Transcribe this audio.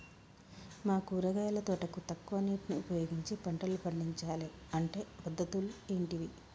మా కూరగాయల తోటకు తక్కువ నీటిని ఉపయోగించి పంటలు పండించాలే అంటే పద్ధతులు ఏంటివి?